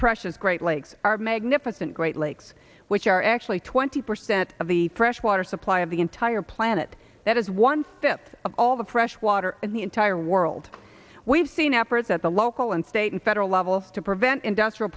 precious great lakes our magnificent great lakes which are actually twenty percent of the freshwater supply of the entire planet that is one fifth of all the fresh water in the entire world we've seen efforts at the local and state and federal levels to prevent industrial